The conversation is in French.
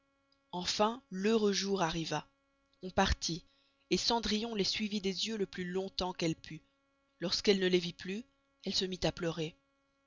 enfin l'heureux jour arriva on partit cendrillon les suivit des yeux le plus longtemps qu'elle put lorsqu'elle ne les vit plus elle se mit à pleurer